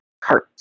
cart